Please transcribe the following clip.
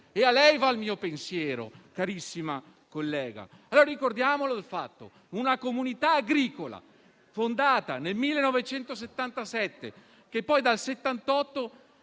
A lei va il mio pensiero, cara collega. Ricordiamo allora il fatto: una comunità agricola fondata nel 1977, che poi dal 1978